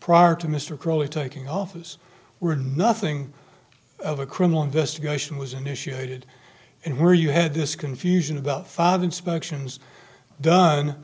prior to mr crawley taking office were nothing of a criminal investigation was initiated and where you had this confusion about five inspections done